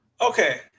okay